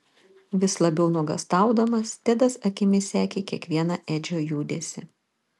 vis labiau nuogąstaudamas tedas akimis sekė kiekvieną edžio judesį